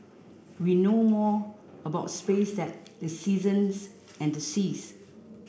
we know more about space than the seasons and the seas